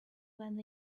when